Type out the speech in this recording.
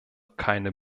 keine